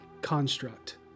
construct